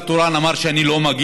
כי השר התורן אמר: אני לא מגיע,